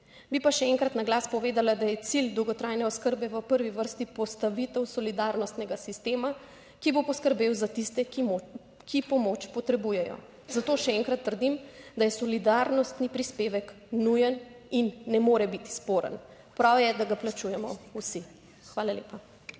Bi pa še enkrat na glas povedala, da je cilj dolgotrajne oskrbe v prvi vrsti postavitev solidarnostnega sistema, ki bo poskrbel za tiste, ki pomoč potrebujejo. Zato še enkrat trdim, da je solidarnostni prispevek nujen in ne more biti sporen. Prav je, da ga plačujemo vsi. Hvala lepa.